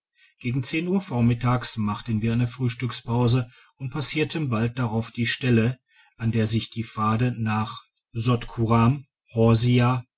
gegen zehn uhr vormittags machten wir eine frühstückspause und passierten bald darauf die stelle an der sich die pfade nach sotkuram horsia